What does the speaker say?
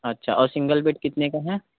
अच्छा और single bed कितने का है